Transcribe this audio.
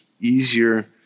easier